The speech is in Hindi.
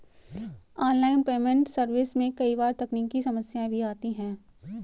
ऑनलाइन पेमेंट सर्विस में कई बार तकनीकी समस्याएं भी आती है